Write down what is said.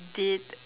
did